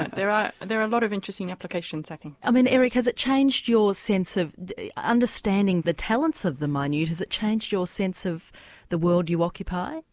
there are there are a lot of interesting applications i think. i mean eric, has it changed your sense of understanding the talents of the minute, has it changed your sense of the world you occupy?